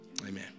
Amen